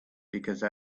because